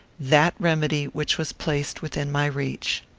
that remedy which was placed within my reach.